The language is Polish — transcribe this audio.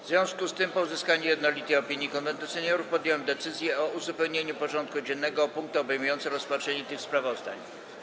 W związku z tym, po uzyskaniu jednolitej opinii Konwentu Seniorów, podjąłem decyzję o uzupełnieniu porządku dziennego o punkty obejmujące rozpatrzenie tych sprawozdań.